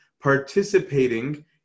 participating